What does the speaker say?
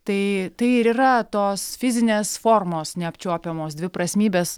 tai tai ir yra tos fizinės formos neapčiuopiamos dviprasmybės